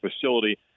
facility